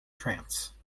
trance